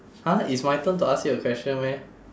!huh! it's my turn to ask you a question meh